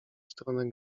stronę